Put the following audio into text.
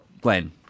Glenn